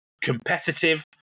competitive